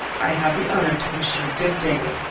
i have the honour to wish you good-day.